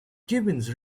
gibbons